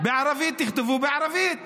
בערבית תכתבו בערבית.